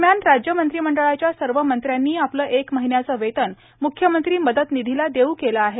दरम्यान राज्य मंत्रिमंडळाच्या सर्व मंत्र्यांनी आपलं एक महिन्याचं वेतन मुख्यमंत्री मदत निधीला देऊ केलं आहे